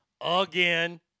again